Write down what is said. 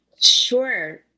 Sure